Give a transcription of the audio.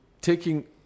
taking